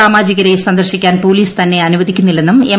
സാമാജികരെ സന്ദർശിക്കാൻ പോലീസ് തന്നെ അനുവദിക്കുന്നില്ലെന്നും എം